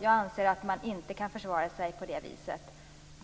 Jag anser att man inte kan försvara sig på det viset.